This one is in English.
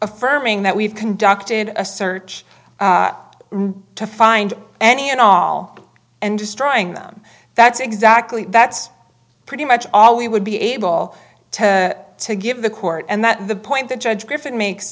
affirming that we've conducted a search to find any and all and destroying them that's exactly that's pretty much all we would be able to give the court and that the point the judge griffin makes